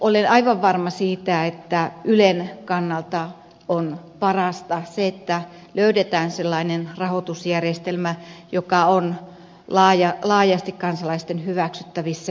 olen aivan varma siitä että ylen kannalta on parasta se että löydetään sellainen rahoitusjärjestelmä joka on laajasti kansalaisten hyväksyttävissä